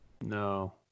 No